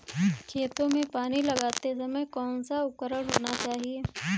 खेतों में पानी लगाते समय कौन सा उपकरण होना चाहिए?